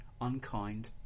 unkind